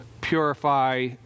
purify